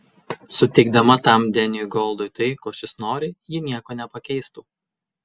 suteikdama tam deniui goldui tai ko šis nori ji nieko nepakeistų